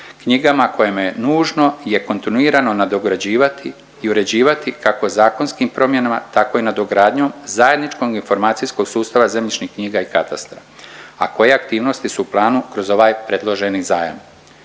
knjigama kojima je nužno i kontinuirano nadograđivati i uređivati kako zakonskim promjenama tako i nadogradnjom zajedničkog informacijskog sustava zemljišnih knjiga i katastra, a koje aktivnosti su u planu kroz ovaj predloženi zajam.